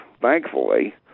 thankfully